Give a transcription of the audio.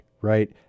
right